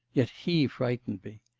yet he frightened me.